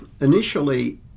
Initially